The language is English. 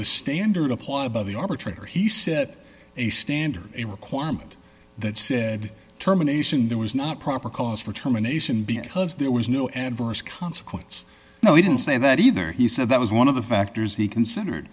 the standard applied above the arbitrary he set a standard a requirement that said terminations there was not proper cause for termination because there was no adverse consequence no he didn't say that either he said that was one of the factors he considered